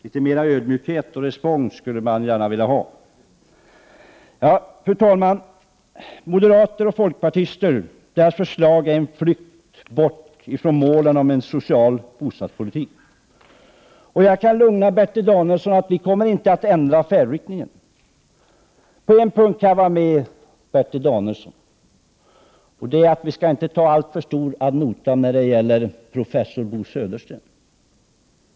Litet mer ödmjukhet och respons skulle man gärna vilja ha. Fru talman! Moderaternas och folkpartisternas förslag är en flykt bort från målen om en social bostadspolitik. Jag kan lugna Bertil Danielsson med att vi inte kommer att ändra färdriktningen. På en punkt kan jag hålla med Bertil Danielsson, nämligen att vi inte skall ta professor Bo Södersten ad notam.